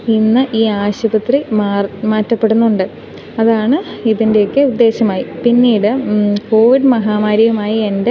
ഇന്ന് ഈ ആശുപത്രിമാർ മാറ്റപ്പെടുന്നുണ്ട് അതാണ് ഇതിൻ്റെയൊക്കെ ഉദ്ദേശമായി പിന്നീട് കോവിഡ് മഹാമാരിയുമായി എൻ്റെ